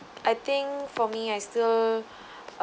I think for me I still